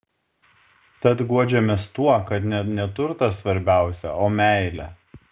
tad guodžiamės tuo kad ne neturtas svarbiausia o meilė